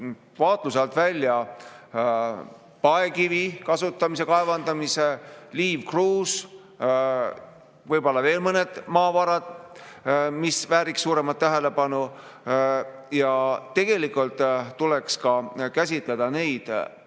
vaatluse alt välja paekivi kasutamise ja kaevandamise, liiva ja kruusa, võib-olla veel mõned maavarad, mis vääriks suuremat tähelepanu. Tegelikult tuleks käsitleda ka